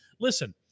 Listen